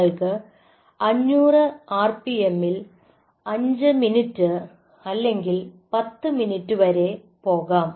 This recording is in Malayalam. നിങ്ങൾക്ക് 500 ആർപിഎമ്മിൽ 5 മിനിറ്റ് അല്ലെങ്കിൽ 10 മിനിറ്റ് വരെ പോകാം